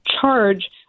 charge